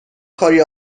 کاری